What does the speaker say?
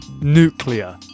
nuclear